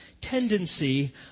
tendency